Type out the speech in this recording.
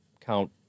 count